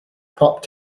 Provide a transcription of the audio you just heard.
popped